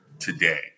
Today